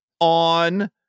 on